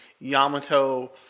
Yamato